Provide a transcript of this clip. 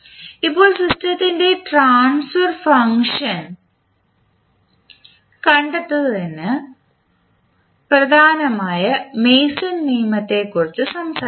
ഇപ്പോൾ സിസ്റ്റത്തിൻറെ transfer function കണ്ടെത്തുന്നതിന് പ്രധാനമായ മേസൺ നിയമത്തെക്കുറിച്ച് സംസാരിക്കാം